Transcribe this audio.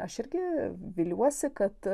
aš irgi viliuosi kad